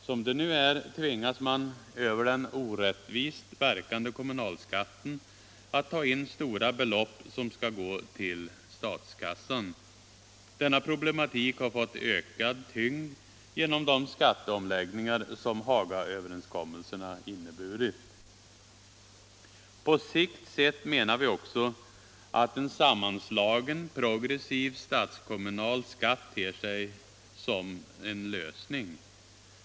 Som det nu är tvingas man över den orättvist verkande kommunalskatten att ta in stora belopp som skall gå till statskassan Dessa problematik har fått ökad tyngd genom de skatteomläggningar som Hagaöverenskommelserna inneburit. På sikt menar vi också att en sammanslagen progressiv statskommunal skatt ter sig som en lösning.